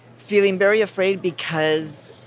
feeling very afraid because